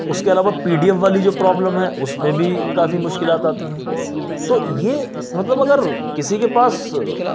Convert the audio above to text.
اس کے علاوہ P D F والی جو پرابلم ہے اس میں بھی کافی مشکلات آتی ہیں تو یہ مطلب اگر کسی کے پاس